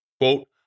Quote